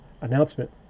announcement